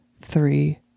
three